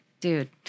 dude